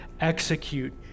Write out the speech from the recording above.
execute